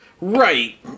Right